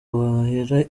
mahera